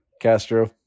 Castro